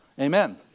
Amen